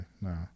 No